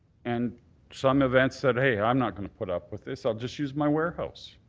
and some events said, hey, i'm not gonna put up with this. i'll just use my warehouse.